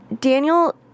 Daniel